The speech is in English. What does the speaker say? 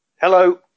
Hello